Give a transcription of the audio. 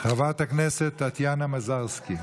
חברת הכנסת טטיאנה מזרסקי,